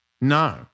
No